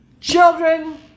children